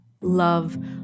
love